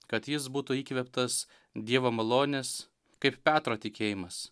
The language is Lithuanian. kad jis būtų įkvėptas dievo malonės kaip petro tikėjimas